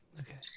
okay